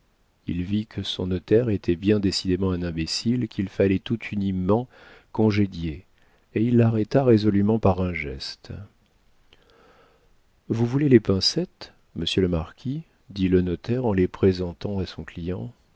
il vit que son notaire était bien décidément un imbécile qu'il fallait tout uniment congédier et il l'arrêta résolûment par un geste vous voulez les pincettes monsieur le marquis dit le notaire en les présentant à son client